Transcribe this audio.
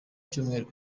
cyumweru